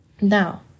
Now